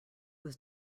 was